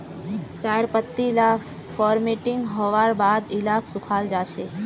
चायर पत्ती ला फोर्मटिंग होवार बाद इलाक सुखाल जाहा